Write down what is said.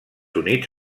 units